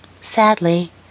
Sadly